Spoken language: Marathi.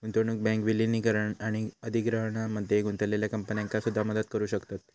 गुंतवणूक बँक विलीनीकरण आणि अधिग्रहणामध्ये गुंतलेल्या कंपन्यांका सुद्धा मदत करू शकतत